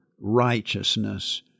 righteousness